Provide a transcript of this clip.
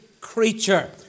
creature